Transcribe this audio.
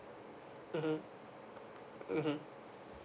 mmhmm mmhmm